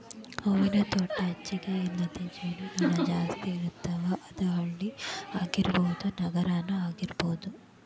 ಹೂವಿನ ತೋಟಾ ಹೆಚಗಿ ಇದ್ದಲ್ಲಿ ಜೇನು ನೊಣಾ ಜಾಸ್ತಿ ಇರ್ತಾವ, ಅದ ಹಳ್ಳಿ ಆಗಿರಬಹುದ ನಗರಾನು ಆಗಿರಬಹುದು